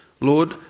Lord